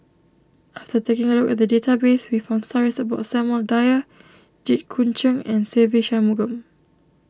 after taking a look at the database we found stories about Samuel Dyer Jit Koon Ch'ng and Se Ve Shanmugam